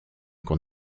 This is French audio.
qu’on